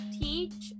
teach